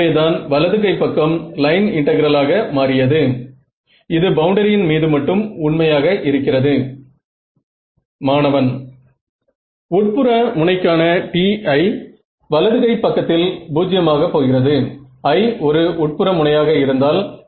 இங்கே பாதி எண் 60 அல்லது அதற்கு கீழாகவே நம்மால் கன்வர்ஜன்ட் முடிவை பெற முடிகிறது